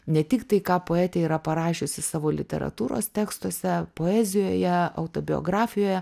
ne tik tai ką poetė yra parašiusi savo literatūros tekstuose poezijoje autobiografijoje